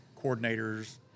coordinators –